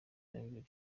nakabiri